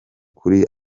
kuri